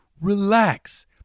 Relax